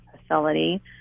facility